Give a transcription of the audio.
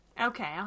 Okay